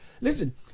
Listen